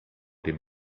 dem